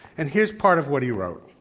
and here's part of what he wrote.